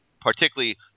particularly